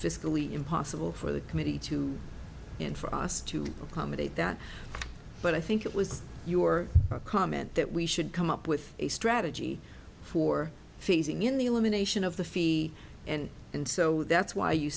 physically impossible for the committee to and for us to accommodate that but i think it was your comment that we should come up with a strategy for phasing in the elimination of the fee and and so that's why you